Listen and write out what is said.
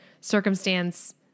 circumstance